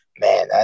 man